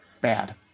bad